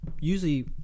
usually